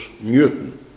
Newton